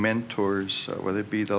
mentors whether it be the